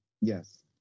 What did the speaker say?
Yes